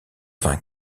vingt